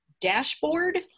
dashboard